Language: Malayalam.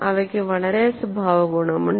അവക്ക് വളരെ സ്വഭാവഗുണമുണ്ട്